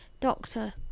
Doctor